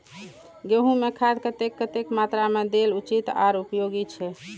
गेंहू में खाद कतेक कतेक मात्रा में देल उचित आर उपयोगी छै?